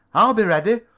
i'll be ready.